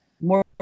more